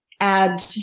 add